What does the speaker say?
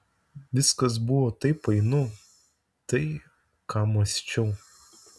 viskas buvo taip painu tai ką mąsčiau